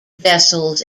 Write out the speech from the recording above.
vessels